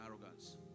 arrogance